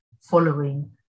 following